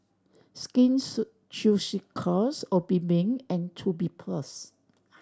Skin Ceuticals Obimin and Tubifast